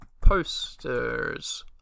posters